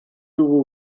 dugu